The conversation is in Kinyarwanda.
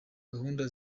gahunda